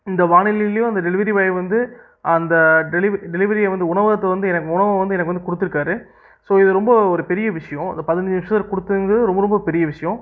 இந்த வானிலைலியும் அந்த டெலிவரி பாய் வந்து அந்த டெலிவரி டெலிவரிய உணவகத்தை வந்து எனக்கு உணவை வந்து எனக்கு வந்து கொடுத்துருக்காரு ஸோ இது ரொம்ப ஒரு பெரிய விஷயோம் அதை பதினஞ்சு நிமிஷத்தில் கொடுத்தங்கறது ரொம்ப ரொம்ப பெரிய விஷயோம்